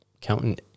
counting